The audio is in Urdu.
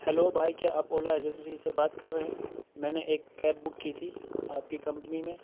ہیلو بھائی کیا آپ اولا ایجنسی سے بات کر رہے ہیں میں نے ایک کیب بک کی تھی آپ کی کمپنی میں